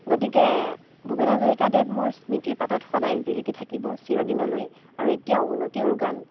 গতিকে ভূপেন হাজৰিকাদেৱ মোৰ স্মৃতিৰ পাতত সদায় জিলিকি থাকিব চিৰদিনলৈ আৰু এতিয়াও শুনো তেওঁৰ গান